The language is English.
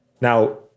Now